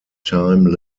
time